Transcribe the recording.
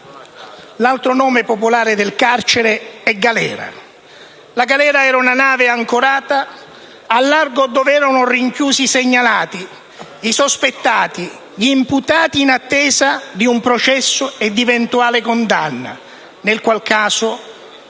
L'altro nome popolare del carcere è "galera". La galera era una nave ancorata al largo dove erano rinchiusi i segnalati, i sospettati, gli imputati in attesa di un processo e di eventuale condanna; nel qual caso